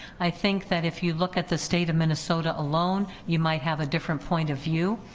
i think that if you look at the state of minnesota alone you might have a different point of view,